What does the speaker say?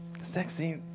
sexy